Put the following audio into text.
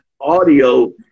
audio